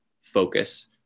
focus